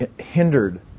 hindered